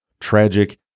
tragic